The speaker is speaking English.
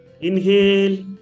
Inhale